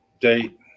date